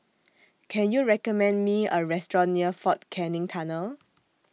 Can YOU recommend Me A Restaurant near Fort Canning Tunnel